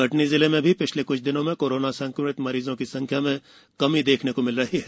कटनी जिले में पिछले क्छ दिनों से कोरोना संक्रमित मरीजों की संख्या में कमी देखने को मिल रही है